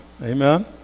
Amen